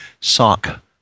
sock